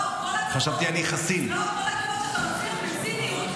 לא, כל הכבוד שאתה מצליח בציניות